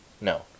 no